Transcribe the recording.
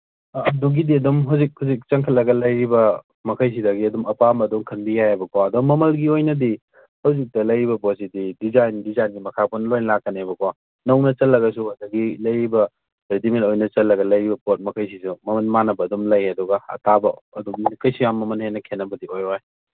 ꯑꯥ ꯑꯗꯨꯒꯤꯗꯤ ꯑꯗꯨꯝ ꯍꯧꯖꯤꯛ ꯍꯧꯖꯤꯛ ꯆꯟꯈꯠꯂꯒ ꯂꯩꯔꯤꯕ ꯃꯈꯩꯁꯤꯗꯒꯤ ꯑꯗꯨꯝ ꯑꯄꯥꯝꯕꯗꯨ ꯈꯟꯕ ꯌꯥꯏꯕꯀꯣ ꯑꯗꯨ ꯃꯃꯜꯒꯤ ꯑꯣꯏꯅꯗꯤ ꯍꯧꯖꯤꯛꯇ ꯂꯩꯔꯤꯕ ꯄꯣꯠꯁꯤꯗꯤ ꯗꯤꯖꯥꯏꯟ ꯗꯤꯖꯥꯏꯟꯒꯤ ꯃꯈꯥ ꯄꯣꯟ ꯂꯣꯏꯅ ꯂꯥꯛꯀꯅꯤꯕ ꯀꯣ ꯅꯧꯅ ꯆꯜꯂꯒꯁꯨ ꯑꯗꯒꯤ ꯂꯩꯔꯤꯕ ꯔꯦꯗꯤꯃꯦꯠ ꯑꯣꯏꯅ ꯆꯜꯂꯒ ꯂꯩꯔꯤꯕ ꯄꯣꯠ ꯃꯈꯩꯁꯤꯁꯨ ꯃꯃꯟ ꯃꯥꯟꯅꯕ ꯑꯗꯨꯝ ꯂꯩ ꯑꯗꯨꯒ ꯑꯇꯥꯕ ꯑꯗꯨꯃꯈꯩꯁꯦ ꯌꯥꯝ ꯃꯃꯟ ꯍꯦꯟꯅ ꯈꯦꯠꯅꯕꯗꯤ ꯑꯣꯏꯔꯣꯏ